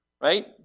Right